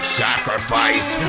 sacrifice